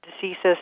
diseases